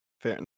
Fair